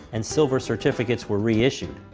and silver certificates were reissued.